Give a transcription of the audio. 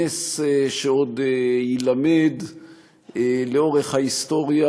נס שעוד יילמד לאורך ההיסטוריה,